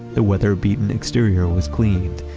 the weather-beaten exterior was cleaned.